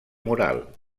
moral